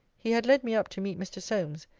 he had led me up to meet mr. solmes,